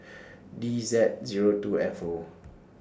D Z Zero two F O